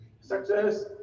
Success